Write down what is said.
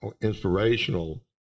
inspirational